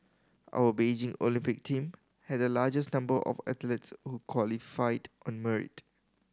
our Beijing Olympic team had the largest number of athletes who qualified on merit